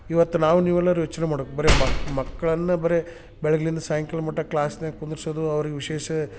ಇವತ್ತು ನಾವು ನೀವೆಲ್ಲರು ಯೋಚನೆ ಮಾಡ್ಬೇಕು ಬರೇ ಮಕ್ ಮಕ್ಕಳನ್ನ ಬರೇ ಬೆಳಗ್ಲಿಂದ ಸಾಯಂಕಾಲ ಮಟ್ಟ ಕ್ಲಾಸ್ನ್ಯಾಗ ಕುಂದಿರ್ಸೋದು ಅವ್ರಿಗೆ ವಿಶೇಷ